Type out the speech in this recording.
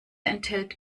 enthält